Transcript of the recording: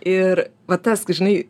ir va tas žinai